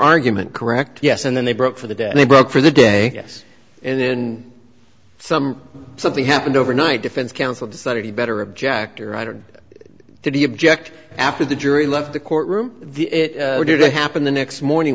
argument correct yes and then they broke for the day they broke for the day yes and then some something happened overnight defense counsel decided he better object or right or did he object after the jury left the courtroom the didn't happen the next morning